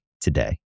today